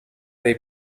dei